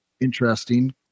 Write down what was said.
interesting